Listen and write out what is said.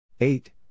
eight